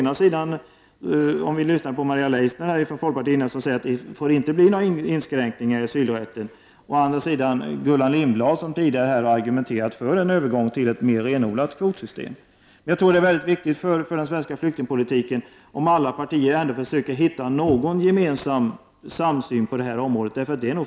Maria Leissner från folkpartiet säger att det inte får bli några inskränkningar i asylrätten. Gullan Lindblad har här tidigare å andra sidan argumenterat för en övergång till ett mer renodlat kvotsystem. Jag tror att det är mycket viktigt för den svenska flyktingpolitiken att alla partier ändå försöker att hitta någon gemensam samsyn på detta område.